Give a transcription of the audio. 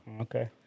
Okay